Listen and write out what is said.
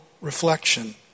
reflection